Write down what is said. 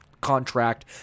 contract